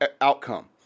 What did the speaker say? outcome